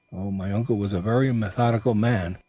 my uncle was a very methodical man.